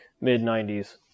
mid-90s